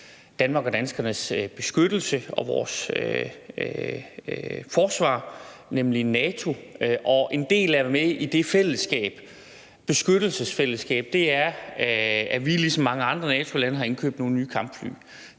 Danmark og danskernes beskyttelse og vores forsvar, nemlig NATO. En del af det at være med i det beskyttelsesfællesskab er, at vi ligesom mange andre NATO-lande har indkøbt nogle nye kampfly.